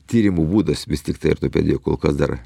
tyrimo būdas vis tiktai ortopedijoj kol kas dar